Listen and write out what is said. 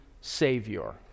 savior